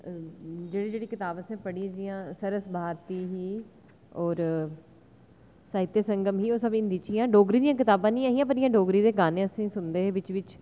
जेह्ड़ी जेह्ड़ी कताब असें पढ़ी जि'यां सरस भारती ही और साहित्य संगम ही ओह् सब हिंदी च हियां डोगरी दियां कताबां निं ऐ हियां पर इ'यां डोगरी दे गाने अस सुनदे हे बिच बिच